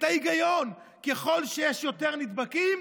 את ההיגיון: ככל שיש יותר נדבקים,